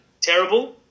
terrible